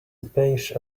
beige